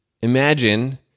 Imagine